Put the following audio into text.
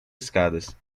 escadas